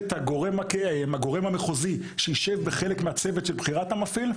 יהיה הגורם המחוזי שיישב כחלק מהצוות של בחירת המפעיל.